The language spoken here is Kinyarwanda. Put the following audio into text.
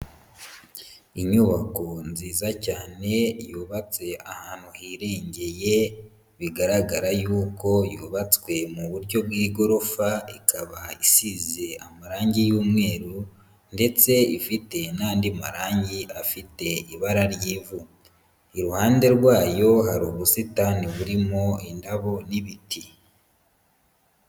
Inyubako nziza cyane yubatse ahantu hirengeye, bigaragara yuko yubatswe mu buryo bw'igorofa, ikaba isize amarangi y'umweru ndetse ifite n'andi marangi afite ibara ry'ivu. Iruhande rwayo hari ubusitani burimo indabo n'ibiti.